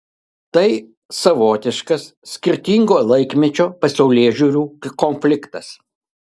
tai savotiškas skirtingo laikmečio pasaulėžiūrų konfliktas